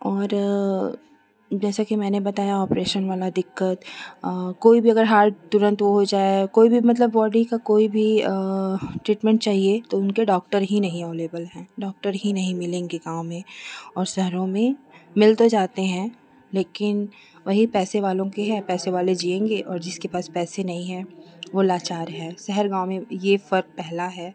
और जैसा कि मैंने बताया ऑपरेशन वाला दिक्कत और कोई भी अगर हाल तुरंत हो जाए कोई भी मतलब बॉडी का मतलब कोई भी ट्रीटमेंट चाहिए तो उनके डॉक्टर ही नहीं अभेलेबल हैं डॉक्टर ही नहीं मिलेंगे गाँव में और शहरों में मिल तो जाते हैं लेकिन वहीं पैसे वालों के यहाँ पैसे वाले जिएँगे और जिसके पास पैसे नहीं हैं वो लाचार हैं शहर गाँव में ये फर्क पहला है